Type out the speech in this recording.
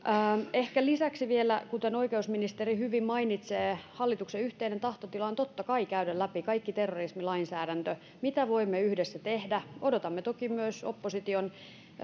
ehkä lisäksi vielä kuten oikeusministeri hyvin mainitsee hallituksen yhteinen tahtotila on totta kai käydä läpi kaikki terrorismilainsäädäntö mitä voimme yhdessä tehdä odotamme toki myös opposition